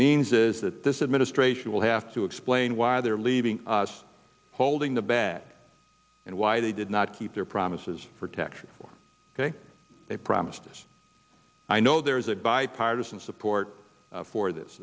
means is that this administration will have to explain why they're leaving us holding the bad and why they did not keep their promises protection for they promised i know there is a bipartisan support for this